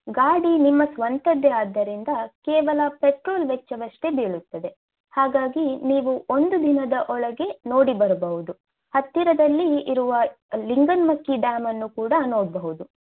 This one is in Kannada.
ಗಾಡಿ ನಿಮ್ಮ ಸ್ವಂತದ್ದೇ ಆದ್ದರಿಂದ ಕೇವಲ ಪೆಟ್ರೋಲ್ ವೆಚ್ಚವಷ್ಟೇ ಬೀಳುತ್ತದೆ ಹಾಗಾಗಿ ನೀವು ಒಂದು ದಿನದ ಒಳಗೆ ನೋಡಿ ಬರಬಹುದು ಹತ್ತಿರದಲ್ಲಿ ಇರುವ ಲಿಂಗನಮಕ್ಕಿ ಡ್ಯಾಮನ್ನು ಕೂಡ ನೋಡಬಹುದು